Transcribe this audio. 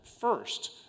first